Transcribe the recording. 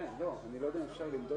אם נניח כל